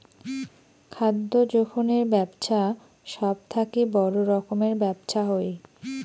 খাদ্য যোখনের বেপছা সব থাকি বড় রকমের ব্যপছা হই